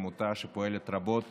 עמותה שפועלת רבות